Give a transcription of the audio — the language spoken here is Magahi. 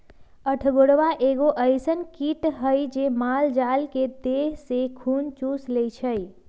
अठगोरबा एगो अइसन किट हइ जे माल जाल के देह से खुन चुस लेइ छइ